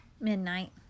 Midnight